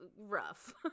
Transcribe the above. rough